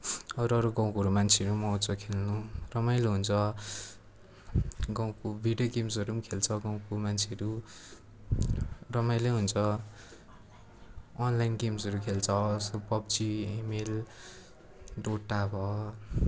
अरू अरू गाउँकोहरू मान्छेहरू आउँछ खेल्नु रमाइलो हुन्छ गाउँको दुइवटै गेम्सहरू खेल्छ गाउँको मान्छेहरू रमाइलै हुन्छ अनलाइन गेम्सहरू खेल्छ पब्जी एमएल डोटा भयो